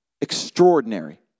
extraordinary